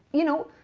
you know.